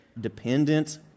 dependent